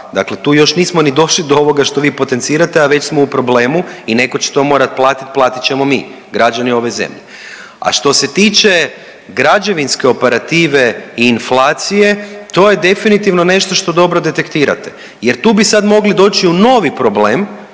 Dakle tu još nismo ni došli do ovoga što vi potencirate, a već smo u problemu i netko će to morat platiti, platit ćemo mi, građani ove zemlje. A što se tiče građevinske operative i inflacije, to je nešto što dobro detektirate jer tu bi sad mogli doći u novi problem